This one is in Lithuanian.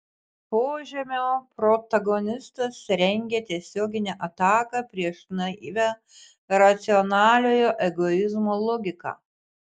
požemio protagonistas rengia tiesioginę ataką prieš naivią racionaliojo egoizmo logiką